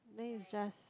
then it's just